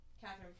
Catherine